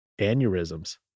aneurysms